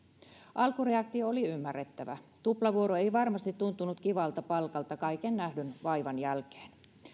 alkureaktio oli ymmärrettävä tuplavuoro ei varmasti tuntunut kivalta palkalta kaiken nähdyn vaivan jälkeen